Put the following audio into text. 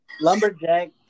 Lumberjack